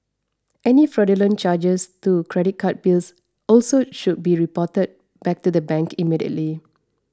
any fraudulent charges to credit card bills also should be reported bank to the immediately